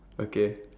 okay